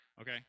okay